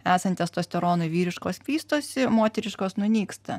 esant testosteronui vyriškos vystosi moteriškos nunyksta